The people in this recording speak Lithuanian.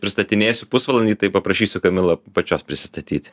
pristatinėsiu pusvalandį tai paprašysiu kamila pačios prisistatyt